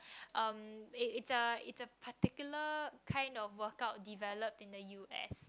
um it's a it's a particular kind of workup developed in the U_S